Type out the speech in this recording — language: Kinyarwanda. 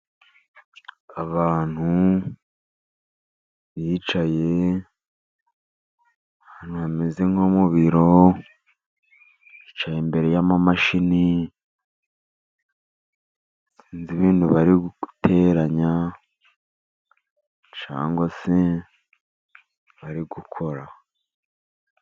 Abantu bicaye ahantu hameze nko mu biro. Bicaye imbere y'imashini, sinzi ibintu bari guteranya cyangwa se bari gukora.